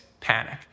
panic